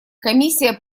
комиссия